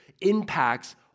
impacts